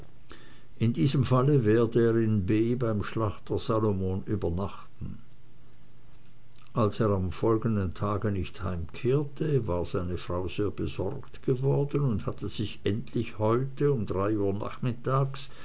in diesem falle werde er in b beim schlächter salomon übernachten als er am folgenden tage nicht heimkehrte war seine frau sehr besorgt geworden und hatte sich endlich heute um drei nachmittags